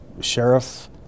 Sheriff